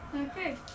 Okay